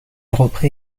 reprit